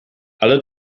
alle